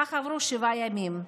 ככה עברו שבעה ימים.